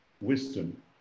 wisdom